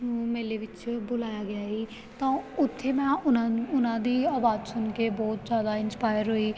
ਨੂੰ ਮੇਲੇ ਵਿੱਚ ਬੁਲਾਇਆ ਗਿਆ ਸੀ ਤਾਂ ਉੱਥੇ ਮੈਂ ਉਹਨਾ ਉਹਨਾਂ ਦੀ ਆਵਾਜ਼ ਸੁਣ ਕੇ ਬਹੁਤ ਜ਼ਿਆਦਾ ਇੰਸਪਾਇਰ ਹੋਈ